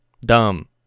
Dumb